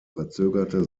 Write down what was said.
verzögerte